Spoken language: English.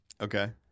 Okay